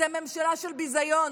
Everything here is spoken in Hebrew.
אתם ממשלה של ביזיון.